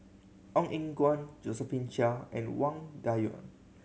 Ong Eng Guan Josephine Chia and Wang Dayuan